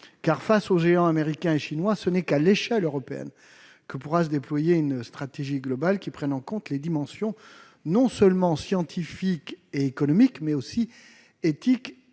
Car, face aux géants américains et chinois, ce n'est qu'à l'échelle européenne que pourra se déployer une stratégie globale prenant en compte les dimensions non seulement scientifique et économique, mais aussi éthique